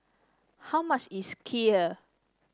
how much is Kheer